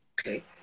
Okay